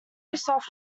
soft